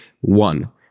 one